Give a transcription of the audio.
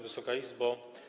Wysoka Izbo!